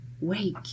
Wake